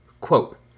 Quote